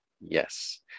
Yes